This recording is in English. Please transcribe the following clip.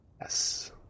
Yes